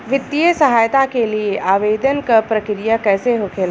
वित्तीय सहायता के लिए आवेदन क प्रक्रिया कैसे होखेला?